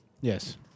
Yes